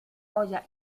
olla